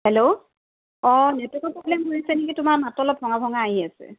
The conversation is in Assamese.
হেল্ল' অঁ নেটৱৰ্কৰ প্ৰব্লেম হৈছে নেকি তোমাৰ মাতটো অলপ ভঙা ভঙা আহি আছে